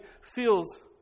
feels